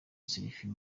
selfie